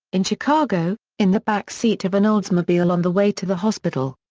in chicago, in the back seat of an oldsmobile on the way to the hospital.